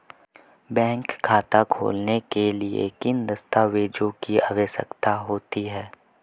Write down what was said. Bank खाता खोलने के लिए किन दस्तावेज़ों की आवश्यकता होती है?